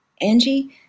Angie